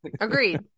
Agreed